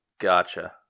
Gotcha